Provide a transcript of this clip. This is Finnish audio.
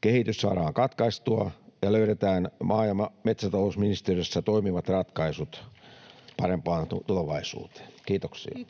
kehitys saadaan katkaistua ja löydetään maa- ja metsätalousministeriössä toimivat ratkaisut parempaan tulevaisuuteen. — Kiitoksia. [Speech